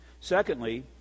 Secondly